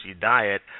diet